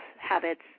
habits